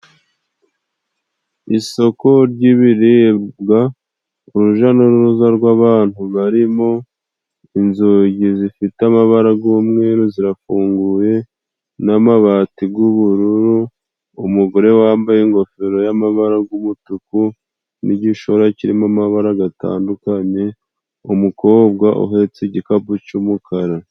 Isoko ry'ibiribwa, uruja n'uruza rw'abantu barimo, inzugi zifite amabara g'umweru zirafunguye n'amabati g'ubururu, umugore wambaye ingofero y'amabara y'umutuku n'igishora kirimo amabara gatandukanye, umukobwa uhetse igikapu c'umukara.